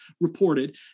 reported